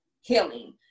healing